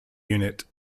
unit